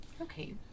Okay